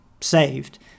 saved